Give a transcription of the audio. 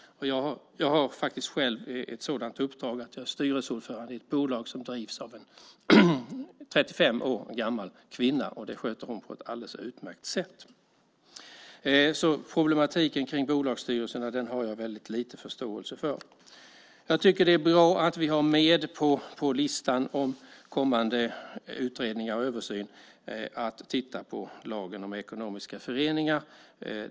Jag har själv ett sådant uppdrag att jag är styrelseordförande i ett bolag som drivs av 35 år gammal kvinna. Det sköter hon på ett alldeles utmärkt sätt. Problematiken kring bolagsstyrelserna har jag väldigt liten förståelse för. Det är bra att vi har med på listan över kommande utredningar och översyn att titta på lagen om ekonomiska föreningar.